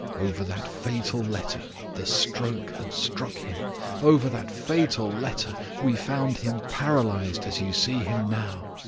over that fatal letter, the stroke had struck him over that fatal letter, we found him paralyzed as you see him now.